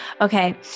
Okay